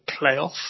playoff